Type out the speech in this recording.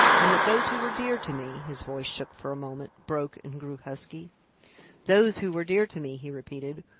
and that those who were dear to me his voice shook for a moment, broke, and grew husky those who were dear to me, he repeated,